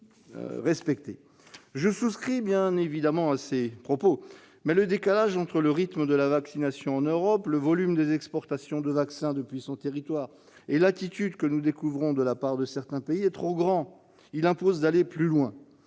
Je souscris bien évidemment à ces propos, mais le décalage entre le rythme de la vaccination en Europe, le volume des exportations de vaccins depuis son territoire et l'attitude que nous découvrons de la part de certains pays est trop grand. Il impose d'aller plus loin.